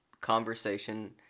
conversation